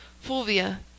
Fulvia